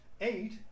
eight